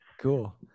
Cool